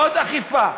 עוד אכיפה,